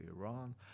Iran